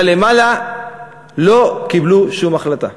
אבל למעלה לא קיבלו שום החלטה.